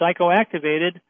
psychoactivated